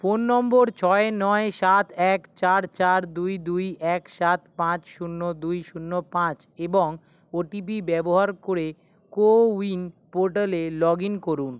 phone নম্বর ছয় নয় সাত এক চার চার দুই দুই এক সাত পাঁচ শূন্য দুই শূন্য পাঁচ এবং ও টি পি ব্যবহার করে কোউইন পোর্টালে লগ ইন করুন